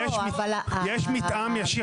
יש מתאם ישיר